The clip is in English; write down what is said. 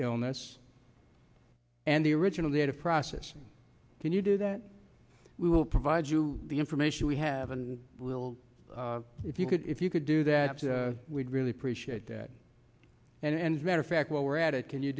illness and the original data processing can you do that we will provide you the information we have a little if you could if you could do that we'd really appreciate that and matter of fact while we're at it can you